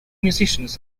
musicians